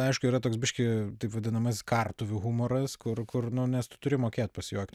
aišku yra toks biškį taip vadinamas kartuvių humoras kur kur nu nes tu turi mokėt pasijuokti